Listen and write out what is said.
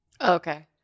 okay